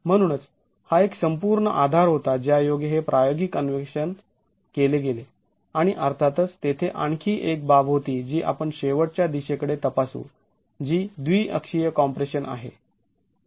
म्हणूनच हा एक संपूर्ण आधार होता ज्या योगे हे प्रायोगिक अन्वेषण केले गेले आणि अर्थातच तेथे आणखी एक बाब होती जी आपण शेवटच्या दिशेकडे तपासू जी द्विअक्षीय कॉम्प्रेशन आहे